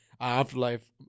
afterlife